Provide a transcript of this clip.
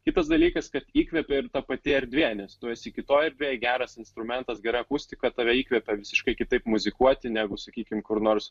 kitas dalykas kad įkvepia ir ta pati erdvė nes tu esi kitoj erdvėj geras instrumentas gera akustika tave įkvepia visiškai kitaip muzikuoti negu sakykim kur nors